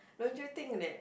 don't you think that